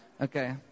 Okay